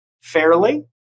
fairly